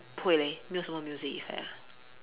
不会 leh 没有什么：mei you shen me music effect